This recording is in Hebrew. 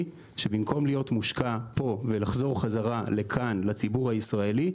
שבמקום להיות מושקע ולחזור חזרה לציבור הישראלי,